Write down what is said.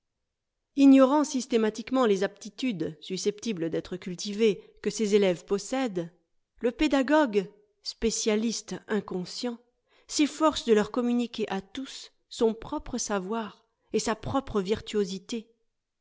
ignorant systématiquement les aptitudes susceptibles d'être cultivées que ses élèves possèdent le pédagogue spécialiste inconscient s'efforce de leur communiquer à tous son propre savoir et sa propre virtuosité